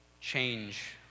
change